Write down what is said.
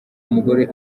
mugore